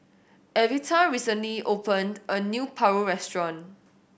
Evita recently opened a new paru restaurant